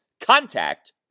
contact